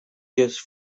use